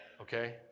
Okay